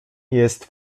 jest